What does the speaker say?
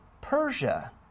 Persia